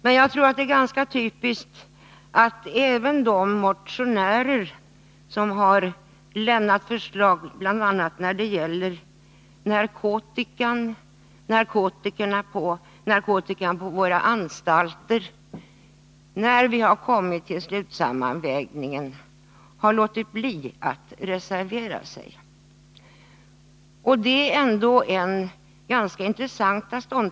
Det är typiskt att även de motionärer som har lämnat förslag som bl.a. rör narkotikamissbruket på våra kriminalvårdsan stalter har låtit bli att reservera sig när vi har kommit fram till slutsammanvägningen.